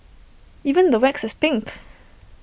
even the wax is pink